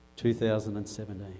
2017